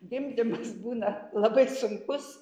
gimdymas būna labai sunkus